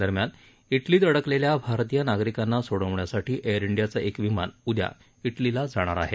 दरम्यान इटलीत अडकलेल्या भारतीय नागरिकांना सोडवण्यासाठी एअर इंडियाचं एक विमान उदया इटलीला जाणार आहे